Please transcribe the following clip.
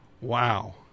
Wow